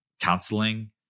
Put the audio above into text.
counseling